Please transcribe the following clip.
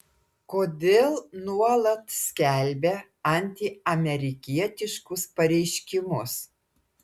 kodėl nuolat skelbia antiamerikietiškus pareiškimus